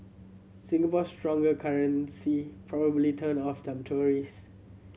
Singapore's stronger currency probably turned off some tourist